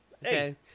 Hey